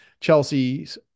Chelsea's